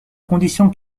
condition